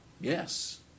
Yes